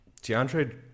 deandre